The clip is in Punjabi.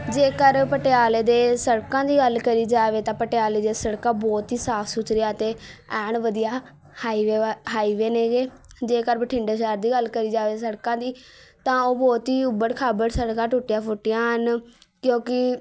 ਜੇਕਰ ਪਟਿਆਲੇ ਦੇ ਸੜਕਾਂ ਦੀ ਗੱਲ ਕਰੀ ਜਾਵੇ ਤਾਂ ਪਟਿਆਲੇ ਦੀਆਂ ਸੜਕਾਂ ਬਹੁਤ ਹੀ ਸਾਫ਼ ਸੁਥਰੀਆਂ ਅਤੇ ਐਨ ਵਧੀਆ ਹਾਈਵੇ ਹਾਈਵੇ ਨੇਗੇ ਜੇਕਰ ਬਠਿੰਡੇ ਸ਼ਹਿਰ ਦੀ ਗੱਲ ਕਰੀ ਜਾਵੇ ਸੜਕਾਂ ਦੀ ਤਾਂ ਉਹ ਬਹੁਤ ਹੀ ਉੱਭੜ ਖਾਬੜ ਸੜਕਾਂ ਟੁੱਟੀਆਂ ਫੁੱਟੀਆਂ ਹਨ ਕਿਉਂਕਿ